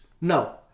No